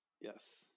Yes